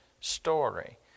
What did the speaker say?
story